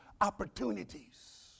opportunities